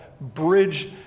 bridge